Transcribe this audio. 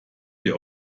dir